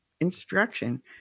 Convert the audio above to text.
instruction